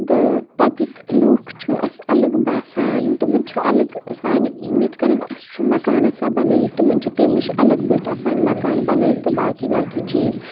تہٕ تَتِکۍ لوٗکھ چھُ اَسہِ الگ باسان تِمَن چھُ الگ سانہِ یِتھ کٔنٮ۪ن اَسہِ چھُ مَکان آسان بَنٲیِتھ تِمَن چھِ تمہِ نِش الگ پٲٹھۍ آسان مَکان بَنٲیِتھ تہٕ باقی باقٕے چیٖز